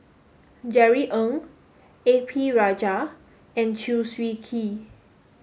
Jerry Ng A P Rajah and Chew Swee Kee